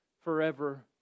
forever